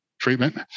treatment